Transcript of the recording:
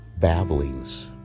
babblings